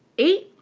eight,